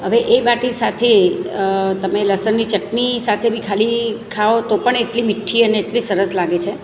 હવે એ બાટી સાથે તમે લસણ નહિ ચટની સાથે બી ખાલી ખાઓ તો પણ એટલી મીઠી અને એટલી સરસ લાગે છે